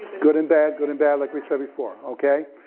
good and bad, good and bad, like we said before, okay?